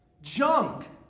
Junk